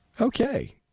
Okay